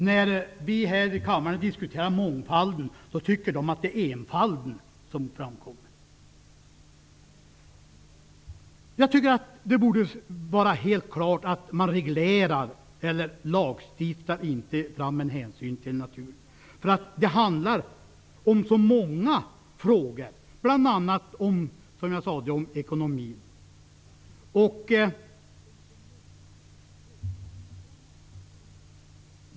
När vi här i kammaren diskuterar mångfalden tycker de att det är enfalden som kommer fram. Det borde vara klart för alla att det inte går att reglera eller lagstifta fram en hänsyn till naturen. Det handlar om så många frågor, bl.a. om ekonomin, som jag sade.